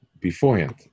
beforehand